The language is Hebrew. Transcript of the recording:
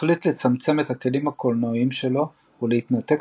החליט לצמצם את הכלים הקולנועיים שלו ולהתנתק